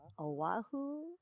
Oahu